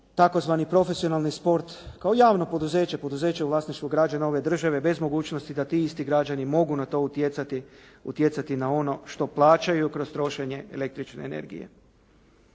tzv. profesionalni sport kao javno poduzeće, poduzeće u vlasništvu građana ove države bez mogućnosti da ti isti građani mogu na to utjecati na ono što plaćaju kroz trošenje električne energije.